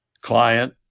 client